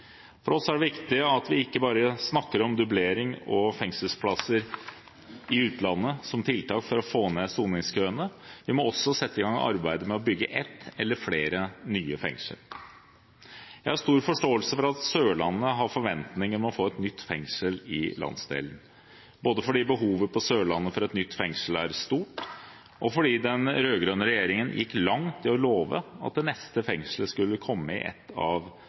For oss er det viktig at vi ikke bare snakker om dublering og fengselsplasser i utlandet som tiltak for å få ned soningskøene; vi må også sette i gang arbeidet med å bygge ett fengsel eller flere nye. Jeg har stor forståelse for at Sørlandet har en forventning om å få et nytt fengsel i landsdelen, både fordi behovet for et nytt fengsel på Sørlandet er stort, og fordi den rød-grønne regjeringen gikk langt i å love at det neste fengselet skulle komme i et av